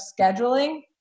scheduling